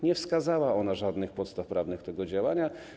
Nie wskazała ona żadnych podstaw prawnych tego działania.